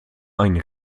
einen